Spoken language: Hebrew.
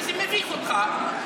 כי זה מביך אותך,